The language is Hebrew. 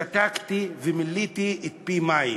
שתקתי ומילאתי פי מים.